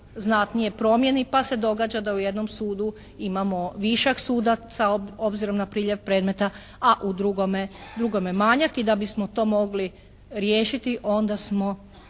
znatnije promijeni pa se događa da u jednom sudu imamo višak sudaca obzirom na priljev predmeta, a u drugome manjak. I da bismo to mogli riješiti onda smo